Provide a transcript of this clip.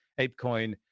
ApeCoin